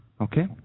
Okay